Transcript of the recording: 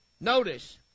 Notice